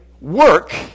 work